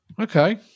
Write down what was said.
Okay